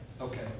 Okay